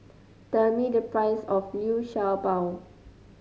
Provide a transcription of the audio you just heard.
tell me the price of Liu Sha Bao